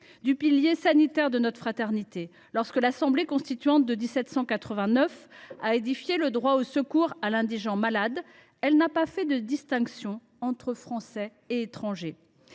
du pilier sanitaire de notre fraternité. Lorsque l’Assemblée constituante de 1789 a édifié le droit au secours à l’indigent malade, elle n’a pas fait de distinction entre Français et étrangers.